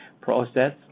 process